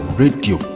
radio